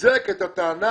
חיזק את הטענה